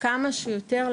בכמה משפטים,